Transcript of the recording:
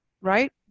right